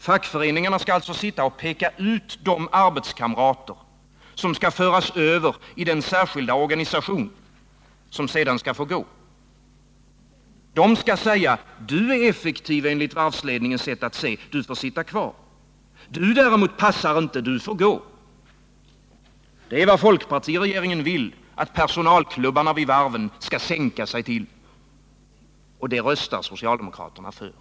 Fackföreningarna skall alltså sitta och peka ut de arbetskamrater som skall föras över i den särskilda organisationen och som sedan får gå. De skall säga: Du är effektiv enligt varvsledningens sätt att se, du får sitta kvar. Du däremot passar inte, du får gå. Det är vad folkpartiregeringen vill att personalklubbarna skall sänka sig till. Och det röstar socialdemokraterna för.